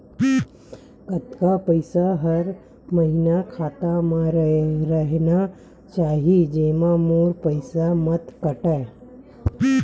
कतका पईसा हर महीना खाता मा रहिना चाही जेमा मोर पईसा मत काटे?